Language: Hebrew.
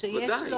פרשת לורנס,